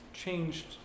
Changed